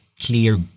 clear